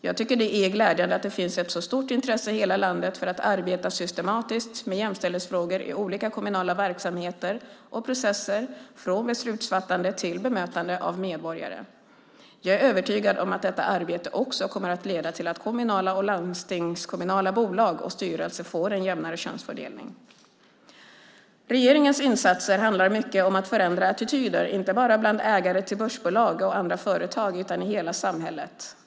Jag tycker att det är glädjande att det finns ett så stort intresse i hela landet för att arbeta systematiskt med jämställdhetsfrågor i olika kommunala verksamheter och processer, från beslutsfattande till bemötande av medborgare. Jag är övertygad om att detta arbete också kommer att leda till att kommunala och landstingskommunala bolag och styrelser får en jämnare könsfördelning. Regeringens insatser handlar mycket om att förändra attityder inte bara bland ägare till börsbolag och andra företag utan i hela samhället.